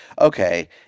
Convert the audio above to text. okay